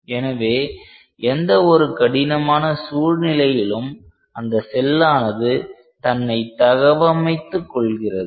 எனவே எந்த ஒரு கடினமான சூழ்நிலையிலும் அந்த செல்லானது தன்னை தகவமைத்துக் கொள்கிறது